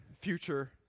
future